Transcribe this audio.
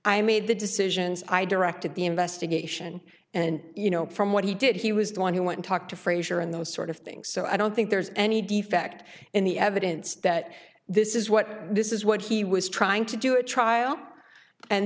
i made the decisions i directed the investigation and you know from what he did he was the one who want to talk to frazier and those sort of things so i don't think there's any defect in the evidence that this is what this is what he was trying to do a trial and